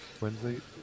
Wednesday